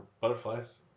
butterflies